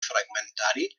fragmentari